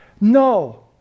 No